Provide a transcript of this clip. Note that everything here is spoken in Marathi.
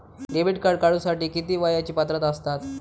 डेबिट कार्ड काढूसाठी किती वयाची पात्रता असतात?